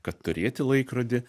kad turėti laikrodį